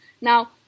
Now